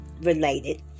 related